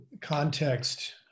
context